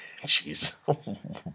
Jeez